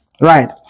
right